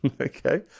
Okay